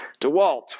DeWalt